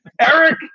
Eric